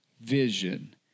vision